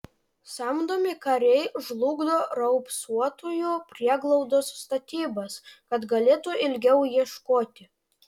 samdomi kariai žlugdo raupsuotųjų prieglaudos statybas kad galėtų ilgiau ieškoti